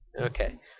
Okay